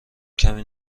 کمی